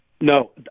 No